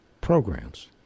programs